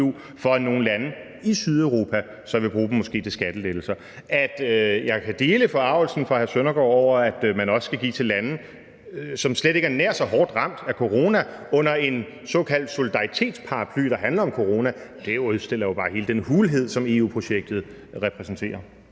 for at nogle lande i Sydeuropa så måske vil bruge dem til skattelettelser. Jeg kan dele forargelsen fra hr. Søndergaard over, at man også skal give til lande, som slet ikke er hårdt ramt af corona, under en såkaldt solidaritetsparaply, der handler om corona. Det udstiller jo bare hele den hulhed, som EU-projektet repræsenterer.